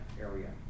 area